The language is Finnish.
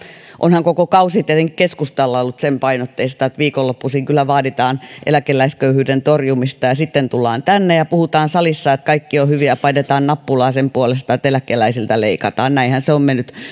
onhan koko kausi tietenkin keskustalla ollut sen painotteista että viikonloppuisin kyllä vaaditaan eläkeläisköyhyyden torjumista ja sitten tullaan tänne ja puhutaan salissa että kaikki on hyvin ja painetaan nappulaa sen puolesta että eläkeläisiltä leikataan näinhän se on mennyt